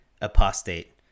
apostate